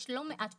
יש לא מעט פתרונות.